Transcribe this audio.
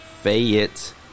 Fayette